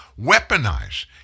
weaponize